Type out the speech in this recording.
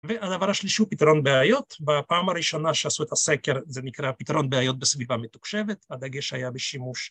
והדבר השלישי הוא פתרון בעיות, בפעם הראשונה שעשו את הסקר זה נקרא פתרון בעיות בסביבה מתוקשבת, הדגש היה בשימוש